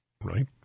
Right